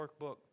workbook